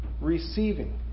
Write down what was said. receiving